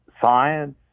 science